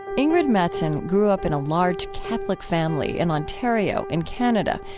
ingrid mattson grew up in a large catholic family in ontario in canada,